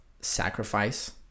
sacrifice